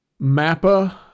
Mappa